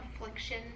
affliction